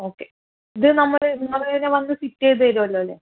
okay ഇത് നമ്മള് നിങ്ങള് തന്നെ വന്ന് ഫിറ്റ് ചെയ്ത് തരുമല്ലൊ അല്ലെ